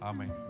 Amen